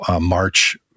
march